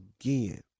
again